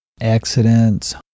accidents